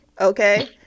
okay